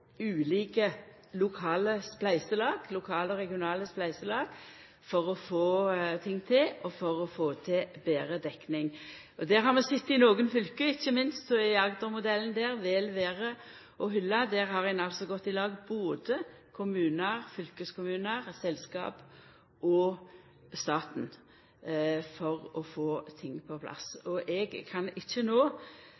ulike lokale og regionale spleiselag for å få til ting og for å få til betre dekning. Det har vi sett i nokre fylke, ikkje minst er Agder-modellen vel verd å hylla. Der har både kommunar, fylkeskommunar, selskap og staten gått i lag for å få ting på plass.